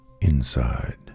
inside